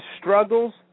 struggles